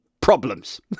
problems